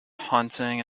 hunting